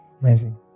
Amazing